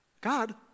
God